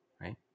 right